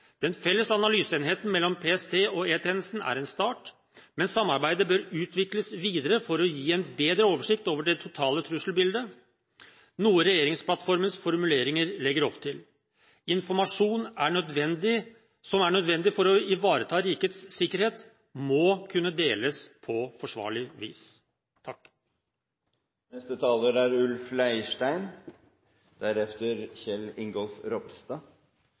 Den felles analyseenheten mellom PST og E-tjenesten er en start, men samarbeidet bør utvikles videre for å gi en bedre oversikt over det totale trusselbildet – noe regjeringsplattformens formuleringer legger opp til. Informasjon som er nødvendig for å ivareta rikets sikkerhet, må kunne deles på forsvarlig vis. Det er